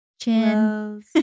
chin